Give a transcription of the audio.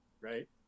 right